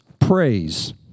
praise